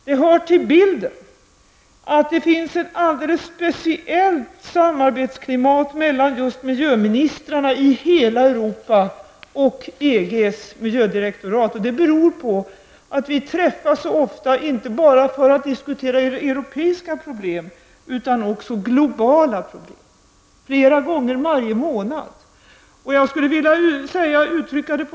Det hör till bilden att det finns ett speciellt samarbetsklimat mellan miljöministrarna i Europa och EGs miljödirektorat. Det beror på att vi träffas så ofta, inte bara för att diskutera europeiska problem utan även globala problem, flera gånger varje månad.